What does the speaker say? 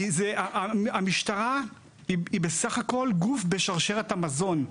המשטרה היא בסך הכול גוף בשרשרת המזון.